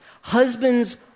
husbands